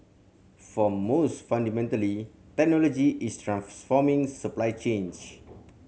for most fundamentally technology is transforming supply chains